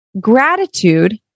gratitude